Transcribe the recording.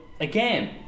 again